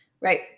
right